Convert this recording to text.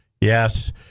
Yes